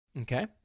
Okay